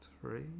three